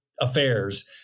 affairs